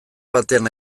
batean